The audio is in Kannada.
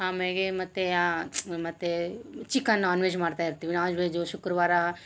ಆಮ್ಯಾಗೆ ಮತ್ತೆ ಆ ಮತ್ತೆ ಚಿಕನ್ ನಾನ್ ವೆಜ್ ಮಾಡ್ತಾ ಇರ್ತೀವಿ ನಾನ್ ವೆಜ್ಜು ಶುಕ್ರವಾರ